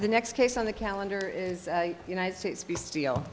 the next case on the calendar is united states